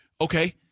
Okay